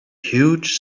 huge